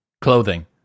clothing